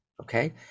okay